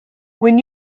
when